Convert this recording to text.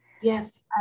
yes